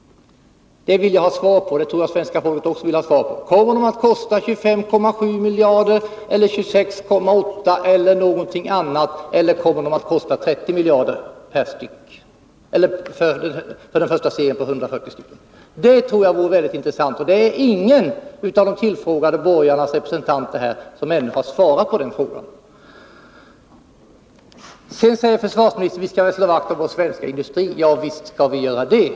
Det vill jag ha svar på, och det tror jag svenska folket också vill ha svar på. Kommer den första serien på 140 plan att kosta 25,7 miljarder, 26,8 miljarder eller 30 miljarder? Det vore väldigt intressant att få höra. Det är ännu ingen av borgarnas tillfrågade representanter som har svarat på den frågan. Försvarsministern säger att vi skall slå vakt om vår svenska industri. Ja visst skall vi göra det.